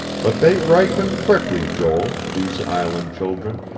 but they ripen quickly, joel these island children.